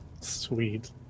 Sweet